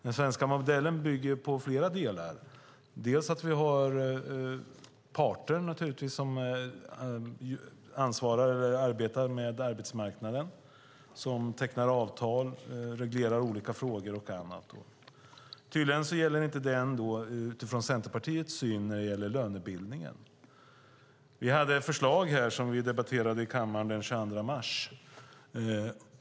Den svenska modellen bygger på flera delar. En är naturligtvis att vi har parter som arbetar med arbetsmarknaden, tecknar avtal och reglerar olika frågor och annat. Tydligen gäller det ändå inte lönebildningen, utifrån Centerpartiets syn. Vi hade ett förslag om ingångslöner som vi debatterade i kammaren den 22 mars.